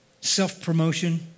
Self-promotion